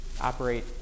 operate